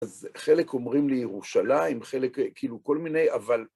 אז חלק אומרים לי ירושלים, חלק כאילו כל מיני, אבל...